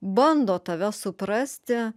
bando tave suprasti